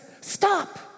Stop